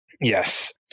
Yes